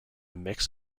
mix